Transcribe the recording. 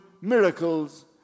miracles